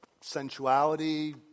sensuality